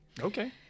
okay